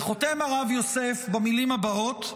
וחותם הרב יוסף במילים הבאות: